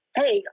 hey